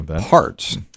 parts